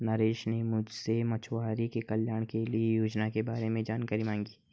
नरेश ने मुझसे मछुआरों के कल्याण के लिए योजना के बारे में जानकारी मांगी